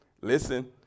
Listen